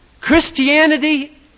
Christianity